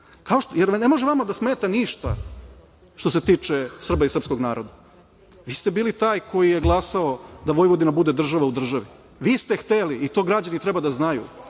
jer ne može vama da smeta ništa što se tiče Srba i srpskog naroda. Vi ste bili taj koli je glasao da Vojvodina bude država u državi. Vi ste hteli i to građani treba da